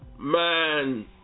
Man